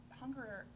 hunger